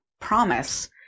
promise